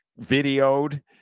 videoed